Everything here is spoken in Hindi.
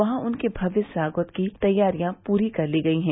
वहां उनके भव्य स्वागत की तैयारियां पूरी कर ली गयी हैं